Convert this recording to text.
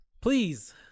Please